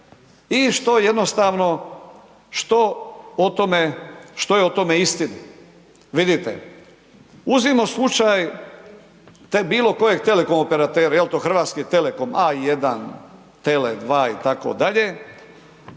što o tome, što je o tome istina. Vidite, uzmimo slučaj bilo kojeg telekom operatera, je li to Hrvatski Telekom, A1, Tele2, itd.,